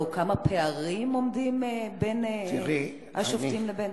או כמה פערים עומדים בין השובתים לבין,